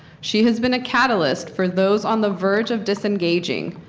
she has been a catalyst for those on the verge of disengaging,